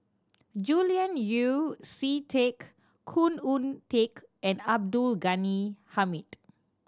Julian Yeo See Teck Khoo Oon Teik and Abdul Ghani Hamid